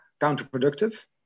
counterproductive